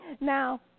Now